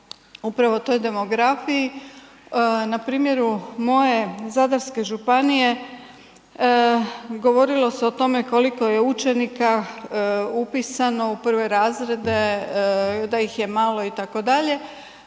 upravo toj demografiji na primjeru moje Zadarske županije govorilo se o tome koliko je učenika upisano u prve razrede da ih je imalo itd.